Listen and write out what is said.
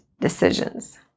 decisions